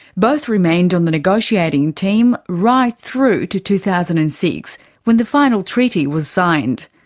both remained on the negotiating team right through to two thousand and six when the final treaty was signed.